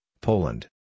Poland